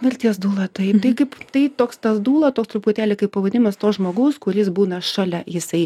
mirties dūla taip tai kaip tai toks tas dūla toks truputėlį kaip pavadinimas to žmogaus kuris būna šalia jisai